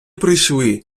прийшли